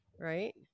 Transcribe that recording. Right